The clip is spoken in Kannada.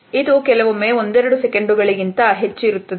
ಇದು ಕೆಲವೊಮ್ಮೆ ಒಂದೆರಡು ಸೆಕೆಂಡುಗಳಿಗೆ ಇಂತ ಹೆಚ್ಚು ಇರುತ್ತದೆ